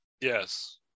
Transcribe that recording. Yes